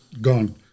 gone